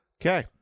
Okay